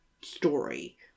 story